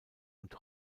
und